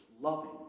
loving